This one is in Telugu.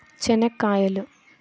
చెనిక్కాయలు